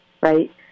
right